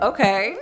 Okay